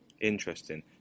Interesting